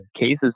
cases